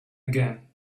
again